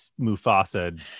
mufasa